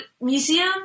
museum